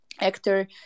actor